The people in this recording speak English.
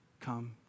Come